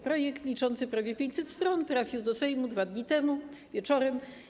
Projekt liczący prawie 500 stron trafił do Sejmu 2 dni temu, wieczorem.